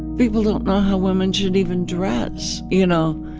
people don't know how women should even dress, you know?